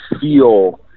feel